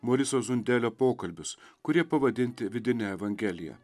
moriso zundelio pokalbius kurie pavadinti vidine evangelija